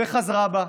וחזרה בה.